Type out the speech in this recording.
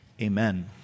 Amen